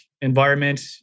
environment